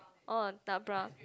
oh dark brown